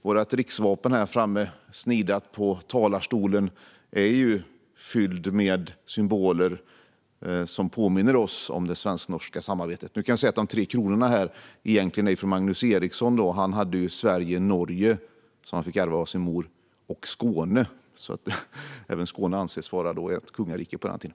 Vårt riksvapen, som finns snidat här på riksdagens talarstol, är fyllt med symboler som påminner oss om det svensk-norska samarbetet. De tre kronorna är förstås egentligen från Magnus Eriksson, som hade Sverige och Norge, som han fick ärva av sin mor, och Skåne - även Skåne ansågs vara ett kungarike på den tiden.